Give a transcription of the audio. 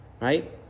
right